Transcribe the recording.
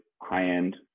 high-end